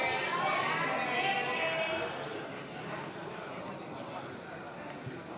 ההסתייגויות לסעיף 45